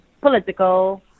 political